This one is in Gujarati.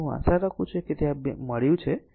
તેથી હું આશા રાખું છું કે આ મળ્યું છે